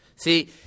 See